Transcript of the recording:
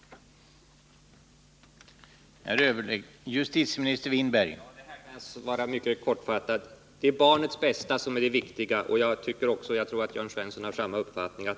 Måndagen den